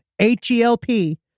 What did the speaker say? H-E-L-P